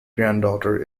granddaughter